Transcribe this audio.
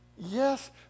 Yes